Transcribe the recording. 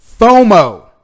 FOMO